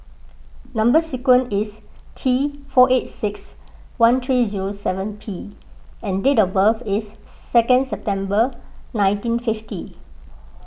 Number Sequence is T four eight six one three zero seven P and date of birth is second September nineteen fifty